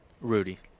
Rudy